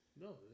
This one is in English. No